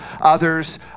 others